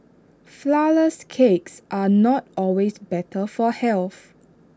Flourless Cakes are not always better for health